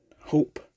hope